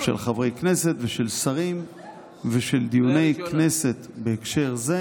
של חברי כנסת ושל שרים ושל דיוני כנסת בהקשר זה